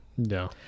No